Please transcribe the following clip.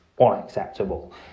unacceptable